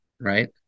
Right